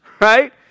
right